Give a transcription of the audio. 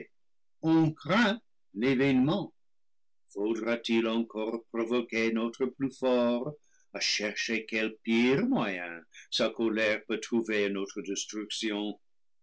on craint l'événement faudra-t-il encore provoquer notre plus fort à chercher quel pire moyen sa colère peut trouver à notre destruction